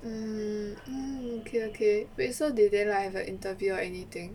mm okay okay wait so did they like have an interview or anything